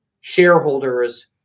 shareholders